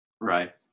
Right